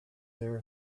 there